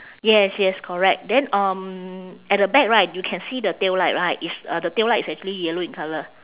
yes yes correct then um at the back right you can see the tail light right it's uh the tail light is actually yellow in colour